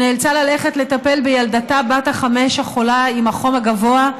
שנאלצה ללכת לטפל בילדתה בת החמש החולה עם חום גבוה,